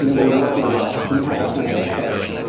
you know we're working on it. we have a plan in place,